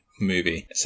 movie